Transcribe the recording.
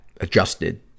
adjusted